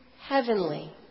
heavenly